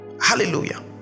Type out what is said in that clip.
hallelujah